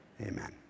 Amen